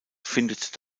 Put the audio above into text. findet